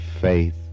faith